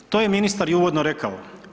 To je ministar i uvodno rekao.